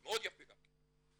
מאוד יפה גם כן,